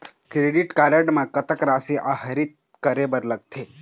Credit card म कतक राशि आहरित करे बर लगथे?